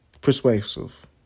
persuasive